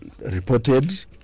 reported